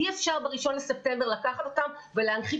אי אפשר ב-1 לספטמבר לקחת אותם ולהנחית